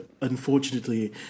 Unfortunately